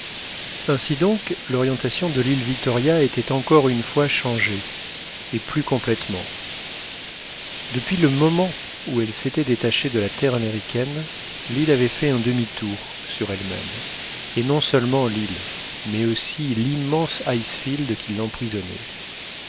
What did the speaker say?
ainsi donc l'orientation de l'île victoria était encore une fois changée et plus complètement depuis le moment où elle s'était détachée de la terre américaine l'île avait fait un demi-tour sur elle-même et non seulement l'île mais aussi l'immense icefield qui l'emprisonnait